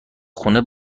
خونه